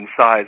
size